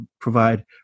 provide